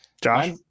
Josh